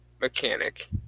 mechanic